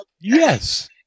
Yes